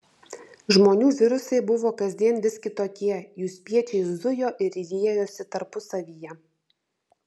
žmonių virusai buvo kasdien vis kitokie jų spiečiai zujo ir riejosi tarpusavyje